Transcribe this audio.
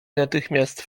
natychmiast